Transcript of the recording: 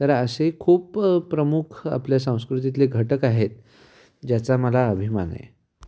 तर असे खूप प्रमुख आपल्या संस्कृतीतले घटक आहेत ज्याचा मला अभिमान आहे